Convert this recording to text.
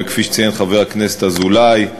וכפי שציין חבר הכנסת אזולאי,